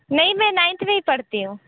नहीं मैं नाइन्थ में ही पढ़ती हूँ